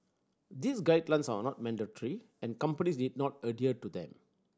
these guidelines are not mandatory and companies need not adhere to them